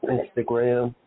Instagram